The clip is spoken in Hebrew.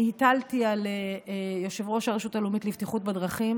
אני הטלתי על יושב-ראש הרשות הלאומית לבטיחות בדרכים